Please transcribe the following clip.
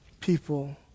people